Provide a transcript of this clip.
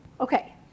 okay